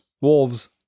Wolves